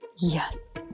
yes